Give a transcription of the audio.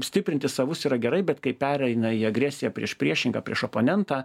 stiprinti savus yra gerai bet kai pereina į agresiją prieš priešingą prieš oponentą